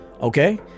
Okay